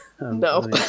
No